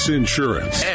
insurance